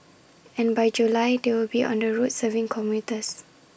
and by July they will be on the roads serving commuters